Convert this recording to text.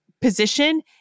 position